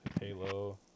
Halo